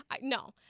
no